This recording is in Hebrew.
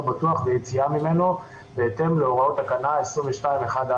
בטוח ויציאה ממנו בהתאם להוראות תקנה 22(1)(א)".